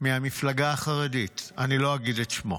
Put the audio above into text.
מהמפלגה החרדית, אני לא אגיד את שמו.